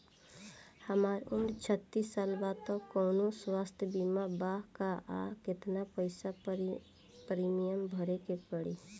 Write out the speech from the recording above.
हमार उम्र छत्तिस साल बा त कौनों स्वास्थ्य बीमा बा का आ केतना पईसा प्रीमियम भरे के पड़ी?